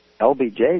LBJ